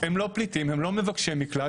הם לא פליטים, הם לא מבקשי מקלט.